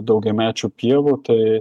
daugiamečių pievų tai